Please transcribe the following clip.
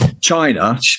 China